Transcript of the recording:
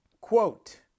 quote